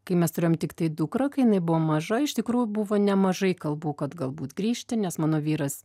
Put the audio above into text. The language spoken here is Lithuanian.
kai mes turėjom tiktai dukrą kai jinai buvo maža iš tikrųjų buvo nemažai kalbų kad galbūt grįžti nes mano vyras